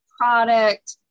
product